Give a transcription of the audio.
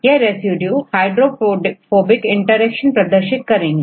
यह residue hydrophobic interaction प्रदर्शित करेंगे